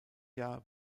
jahr